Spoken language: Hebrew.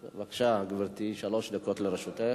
בבקשה, גברתי, שלוש דקות לרשותך.